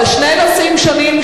זה שני נושאים שונים,